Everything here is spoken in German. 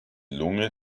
lunge